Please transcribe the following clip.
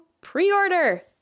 pre-order